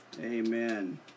Amen